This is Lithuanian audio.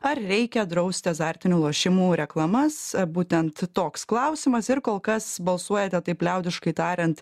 ar reikia drausti azartinių lošimų reklamas būtent toks klausimas ir kol kas balsuojate taip liaudiškai tariant